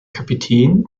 kapitän